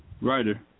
writer